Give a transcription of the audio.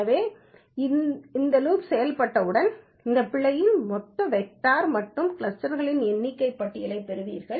எனவே இது லூப் செயல்படுத்தப்பட்டவுடன் அந்த பிழைகளின் மொத்தத் வேக்டார் மற்றும் கிளஸ்டர்க்களின் எண்ணிக்கையின் பட்டியலைப் பெறுவீர்கள்